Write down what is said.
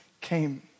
came